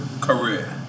career